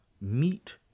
meat